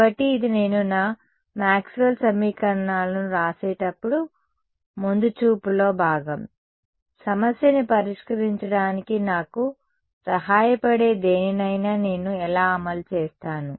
కాబట్టి ఇది నేను నా మాక్స్వెల్ సమీకరణాలను వ్రాసేటప్పుడు ముందుచూపులో భాగం సమస్యను పరిష్కరించడానికి నాకు సహాయపడే దేనినైనా నేను ఎలా అమలు చేస్తాను